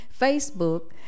Facebook